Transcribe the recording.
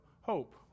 hope